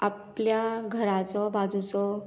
आपल्या घराचो बाजूचो